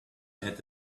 had